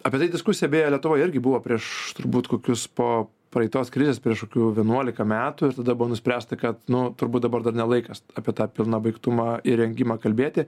apie tai diskusija beje lietuvoj irgi buvo prieš turbūt kokius po praeitos krizės prieš kokių vienuolika metų ir tada buvo nuspręsta kad nu turbūt dabar dar ne laikas apie tą pilną baigtumą įrengimą kalbėti